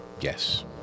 Yes